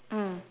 mm